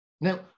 Now